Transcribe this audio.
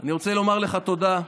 אני רוצה לומר לך תודה.